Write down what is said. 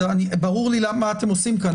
ברור לי מה אתם עושים כאן,